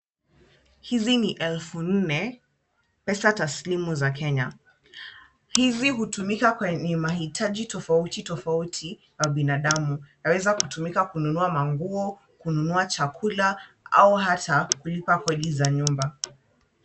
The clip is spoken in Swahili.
Hizi ni elfu nne, pesa taslimu za Kenya. Hizi hutumika kwenye mahitaji tofauti kwa binadamu. Yaweza kutumika kununua manguo, kununua chakula au hata kulipa kodi za nyumba.